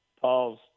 Paul's